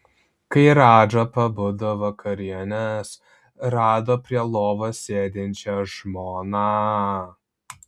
kai radža pabudo vakarienės rado prie lovos sėdinčią žmoną